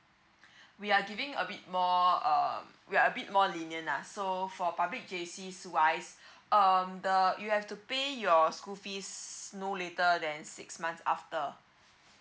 we are giving a bit more um we're a bit more lenient lah so for public J_C wise um the you have to pay your school fees no later than six months after